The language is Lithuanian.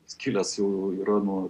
jis kilęs jau yra nuo